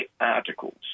articles